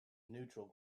neutral